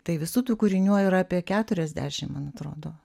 tai visų tų kūrinių yra apie keturiasdešimt man atrodo